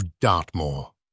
Dartmoor